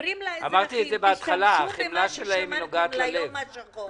להשתלמות של עובדי ההוראה יחד עם מכשיר חיסכון שמכונה קרן השתלמות.